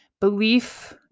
belief